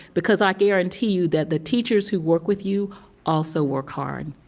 because i guarantee you that the teachers who work with you also work hard.